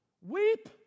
Weep